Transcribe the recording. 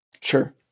Sure